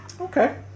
Okay